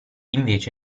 invece